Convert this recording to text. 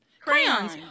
Crayons